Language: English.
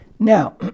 Now